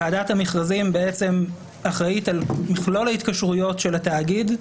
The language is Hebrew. ועדת המכרזים בעצם אחראית על מכלול ההתקשרויות של התאגיד.